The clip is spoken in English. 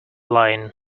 lying